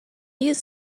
use